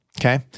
Okay